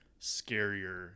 scarier